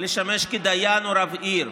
לשמש כדיין או רב עיר,